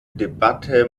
debatte